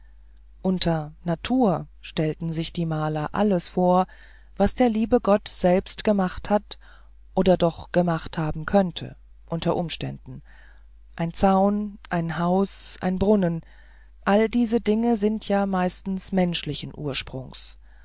unter natur stellen sich die maler alles vor was der liebe gott selbst gemacht hat oder doch gemacht haben könnte unter umständen ein zaun ein haus ein brunnen alle diese dinge sind ja meistens menschlichen ursprungs